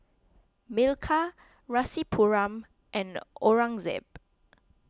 Milkha Rasipuram and Aurangzeb